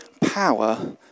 power